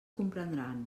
comprendran